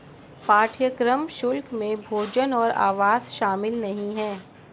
पाठ्यक्रम शुल्क में भोजन और आवास शामिल नहीं है